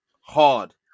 hard